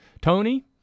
Tony